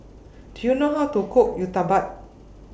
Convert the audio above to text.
Do YOU know How to Cook Uthapam